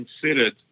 considered